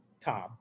Tom